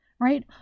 Right